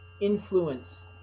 influence